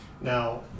Now